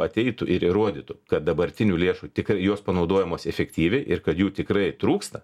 ateitų ir įrodytų kad dabartinių lėšų tik jos panaudojamos efektyviai ir kad jų tikrai trūksta